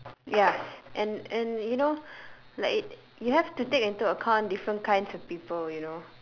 ya and and you know like in you have to take into accounts different kinds of people you know